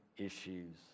issues